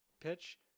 pitch